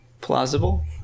plausible